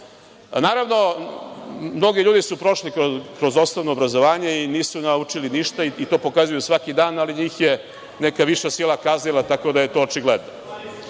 nas. Naravno, mnogi ljudi su prošli kroz osnovno obrazovanje i nisu naučili ništa, to pokazuju svaki dan, ali njih je neka viša sila kaznila, tako da je to očigledno. Mislim